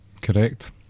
Correct